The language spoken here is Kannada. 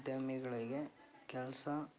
ಉದ್ಯಮಿಗಳಿಗೆ ಕೆಲಸ